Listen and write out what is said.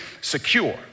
secure